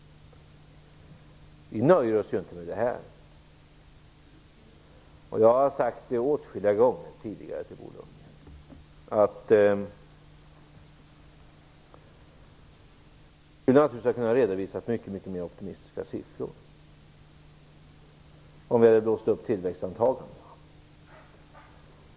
Vi nöjer oss ju inte med detta. Jag har åtskilliga gånger tidigare sagt till Bo Lundgren att vi naturligtvis skulle ha kunnat redovisa siffror som är mycket mer optimistiska, om vi hade blåst upp tillväxtantagandena.